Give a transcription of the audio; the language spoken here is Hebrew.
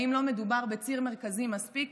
האם לא מדובר בציר מרכזי מספיק,